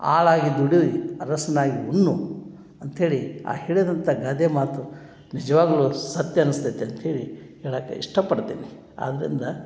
ಆಳಾಗಿ ದುಡಿ ಅರಸನಾಗಿ ಉಣ್ಣು ಅಂಥೇಳಿ ಆ ಹೇಳಿದಂಥ ಗಾದೆ ಮಾತು ನಿಜವಾಗ್ಲೂ ಸತ್ಯ ಅನ್ನಿಸ್ತೈತೆ ಅಂಥೇಳಿ ಹೇಳೋಕ್ಕೆ ಇಷ್ಟ ಪಡ್ತೀನಿ ಆದ್ದರಿಂದ